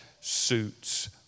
suits